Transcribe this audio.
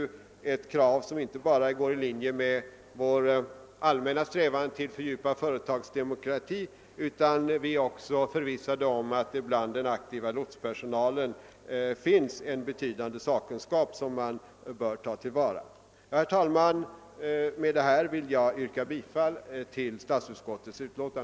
Detta krav. står inte bara i överensstämmelse med vår allmänna strävan till fördjupad företagsdemokrati, utan vi är också förvissade om att det hos den aktiva lotspersonalen finns betydande sakkunskap som bör tas till vara i sådana sammanhang. Herr talman! Med det sagda yrkar jag bifall till utskottets hemställan.